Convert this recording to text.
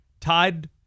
tied